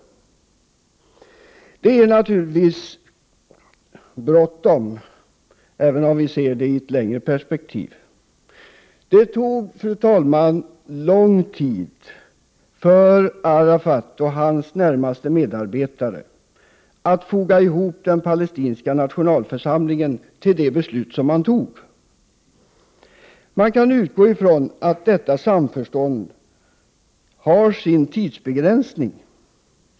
Det är naturligtvis bråttom även om vi ser detta i ett längre perspektiv. Det tog, fru talman, en lång tid för Arafat och hans närmaste medarbetare att foga ihop den palestinska nationalförsamlingen till det beslut som fattades. Man kan utgå från att detta samförstånd har en tidsbegränsning.